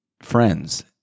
friends